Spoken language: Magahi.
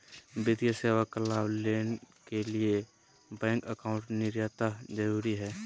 वित्तीय सेवा का लाभ लेने के लिए बैंक अकाउंट अनिवार्यता जरूरी है?